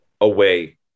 away